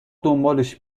دنبالش